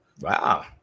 Wow